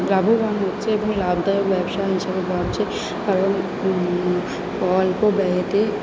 লাভবান হচ্ছে এবং লাভদায়ক ব্যবসা হিসেবে ভাবছে কারণ অল্প ব্যয়েতে